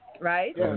Right